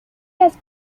las